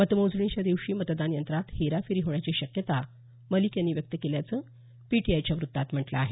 मतमोजणीच्या दिवशी मतदान यंत्रात हेराफेरी होण्याची शक्यता मलिक यांनी व्यक्त केल्याचं पीटीआयच्या व्त्तात म्हटलं आहे